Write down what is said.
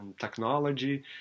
technology